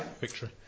Victory